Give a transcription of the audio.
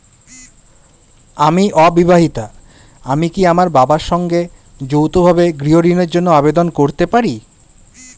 আমি অবিবাহিতা আমি কি আমার বাবার সঙ্গে যৌথভাবে গৃহ ঋণের জন্য আবেদন করতে পারি?